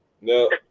no